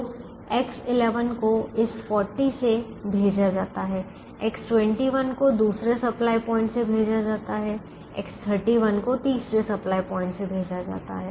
तो X11 को इस 40 से भेजा जाता है X21 को दूसरे सप्लाय पॉइंट से भेजा जाता है X31 को तीसरे सप्लाय पॉइंट से भेजा जाता है